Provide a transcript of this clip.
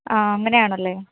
ആ അങ്ങനെയാണല്ലേ